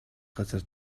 газар